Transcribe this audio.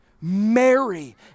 Mary